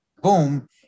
Boom